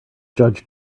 judge